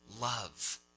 love